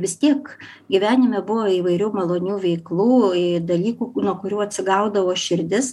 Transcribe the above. vis tiek gyvenime buvo įvairių malonių veiklų ir dalykų nuo kurių atsigaudavo širdis